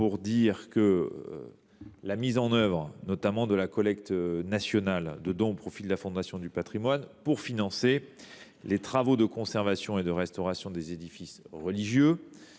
Quel est l’avis du Gouvernement ? La collecte nationale de dons au profit de la Fondation du patrimoine vise à financer les travaux de conservation et de restauration des édifices religieux,